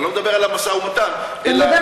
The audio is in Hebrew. אני לא מדבר על המשא-ומתן, אלא מסביב.